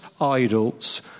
idols